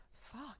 Fuck